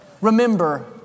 Remember